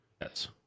Yes